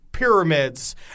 Pyramids